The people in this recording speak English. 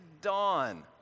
dawn